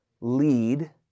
lead